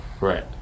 Right